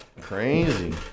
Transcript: Crazy